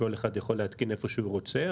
כל אחד יכול להתקין איפה שהוא רוצה.